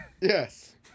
Yes